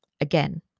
Again